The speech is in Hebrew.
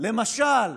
למשל,